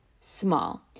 small